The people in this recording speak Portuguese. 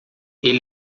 ele